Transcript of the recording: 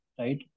Right